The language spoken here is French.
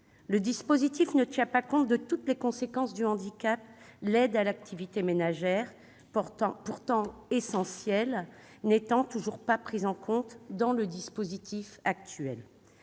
Le dispositif actuel ne tient pas compte de toutes les conséquences du handicap, l'aide à l'activité ménagère, pourtant essentielle, n'étant toujours pas prise en compte. Les délais d'instruction